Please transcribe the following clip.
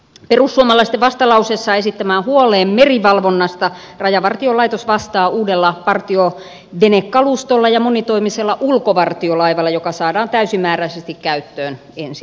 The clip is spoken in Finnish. perussuomalaisten vastalauseessa esittämään huoleen merivalvonnasta rajavartiolaitos vastaa uudella partiovenekalustolla ja monitoimisella ulkovartiolaivalla joka saadaan täysimääräisesti käyttöön ensi vuonna